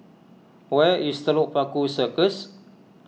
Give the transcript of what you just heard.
where is Telok Paku Circus